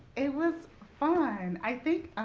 it was fun. i think